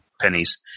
pennies